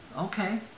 Okay